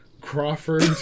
Crawford